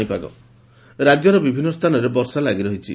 ପାଣିପାଗ ରାକ୍ୟର ବିଭିନ୍ମ ସ୍ଥାନରେ ବର୍ଷା ଲାଗି ରହିଛି